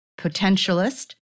potentialist